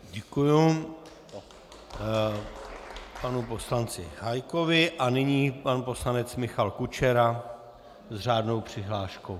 Děkuji panu poslanci Hájkovi a nyní pan poslanec Michal Kučera s řádnou přihláškou.